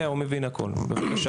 כמה משפטים?